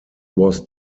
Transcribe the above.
was